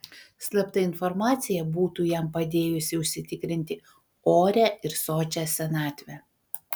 slapta informacija būtų jam padėjusi užsitikrinti orią ir sočią senatvę